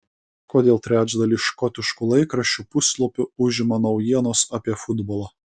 kodėl trečdalį škotiškų laikraščių puslapių užima naujienos apie futbolą